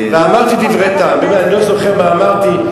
אני לא זוכר מה אמרתי.